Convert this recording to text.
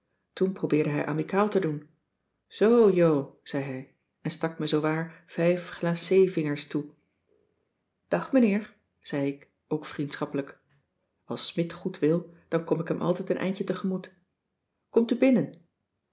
toen probeerde hij amicaal te doen zoo jo zei hij en stak me zoowaar vijf glacévingers toe dag meneer zei ik ook vriendschappelijk als smidt goed wil dan kom ik hem altijd een eindje tegemoet komt u binnen